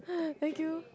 thank you